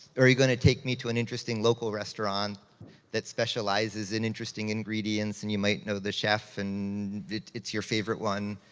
or are you gonna take me to an interesting local restaurant that specializes in interesting ingredients, and you might know the chef, and it's your favorite one.